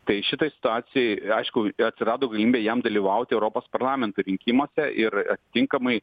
tai šitoj situacijoj aišku atsirado galimybė jam dalyvauti europos parlamento rinkimuose ir atitinkamai